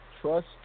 trust